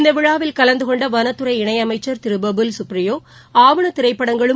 இந்த விழாவில் கலந்து கொண்ட வளத்துறை இணை அமைச்சர் திரு பபுல் சுப்ரியோ ஆவணத் திரைப்படங்களும்